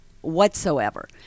whatsoever